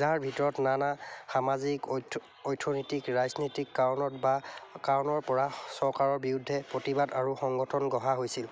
যাৰ ভিতৰত নানা সামাজিক অইথ অৰ্থনৈতিক ৰাজনীতিক কাৰণত বা কাৰণৰ পৰা চৰকাৰৰ বিৰুদ্ধে প্ৰতিবাদ আৰু সংগঠন গঢ়া হৈছিল